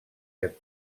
get